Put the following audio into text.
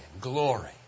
glory